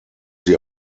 sie